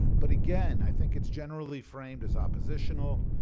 but again, i think it's generally framed as oppositional.